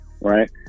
right